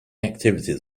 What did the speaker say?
activities